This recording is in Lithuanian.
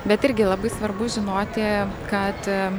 bet irgi labai svarbu žinoti kad